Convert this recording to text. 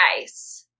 ice